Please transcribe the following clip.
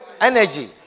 Energy